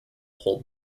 hold